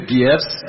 gifts